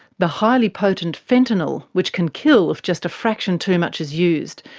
the highly potent fentanyl, which can kill if just a fraction too much is used.